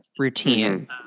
routine